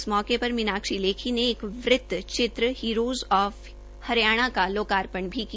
इस मौके पर मीनाक्षी लेखी ने एक वृत चित्र हीरोज ऑफ हरियाणा का लोकार्पण भी किया